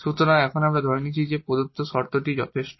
সুতরাং এখানে আমরা এখন নিচ্ছি যে প্রদত্ত শর্তটি যথেষ্ট